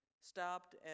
stopped